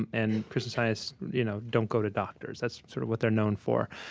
and and christian scientists you know don't go to doctors. that's sort of what they're known for.